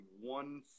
one